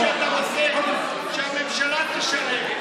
תבוא, תגיד שאתה רוצה שהממשלה תשלם.